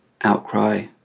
outcry